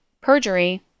perjury